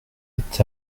est